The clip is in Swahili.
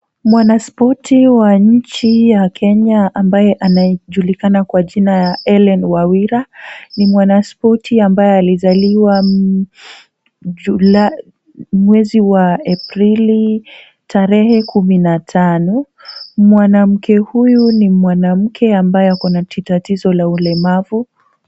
Mwanaspoti wa nchi ya kenya ambaye anajulikana kwa jina Hellen Wawira. Ni mwanaspoti ambaye julai mwezi wa aprili tarehe kumi na tano. Mwanamke huyu ni mwanamke ambaye akona tatizo la ulemavu.